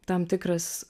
tam tikras